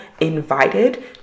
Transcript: invited